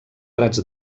prats